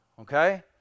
okay